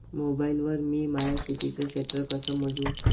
Mobile वर मी माया शेतीचं क्षेत्र कस मोजू?